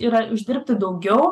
yra uždirbti daugiau